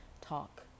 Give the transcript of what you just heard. talk